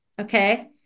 Okay